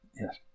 yes